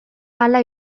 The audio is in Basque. hala